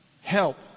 help